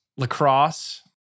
lacrosse